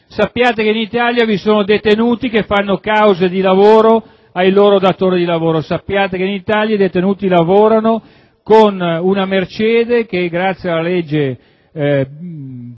Sappiate che in Italia vi sono detenuti che fanno causa ai loro datori di lavoro; sappiate che in Italia i detenuti lavorano con una mercede che, grazie alla legge